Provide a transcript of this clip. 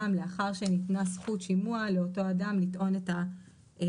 גם אז זה רק לאחר שניתנה זכות שימוע לאותו אדם לטעון את טענותיו.